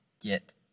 get